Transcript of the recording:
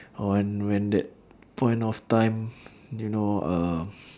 on when that point of time you know uh